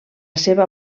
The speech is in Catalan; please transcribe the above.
seva